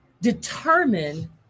determine